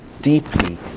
deeply